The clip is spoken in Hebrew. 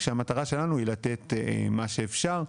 כשהמטרה שלנו היא לתת מה שאפשר,